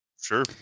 Sure